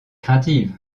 craintive